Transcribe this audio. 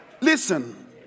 Listen